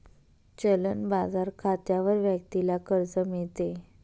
चलन बाजार खात्यावर व्यक्तीला कर्ज मिळते